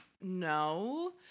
No